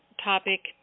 topic